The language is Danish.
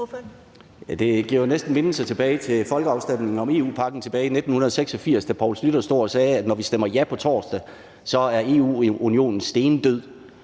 Det giver jo næsten mindelser tilbage til folkeafstemningen om EU-pakken i 1986, da Poul Schlüter stod og sagde, at når vi stemmer ja på torsdag, så er EU-unionen stendød.